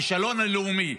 הכישלון הלאומי,